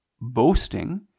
boasting